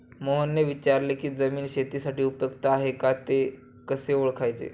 मोहनने विचारले की जमीन शेतीसाठी उपयुक्त आहे का ते कसे ओळखायचे?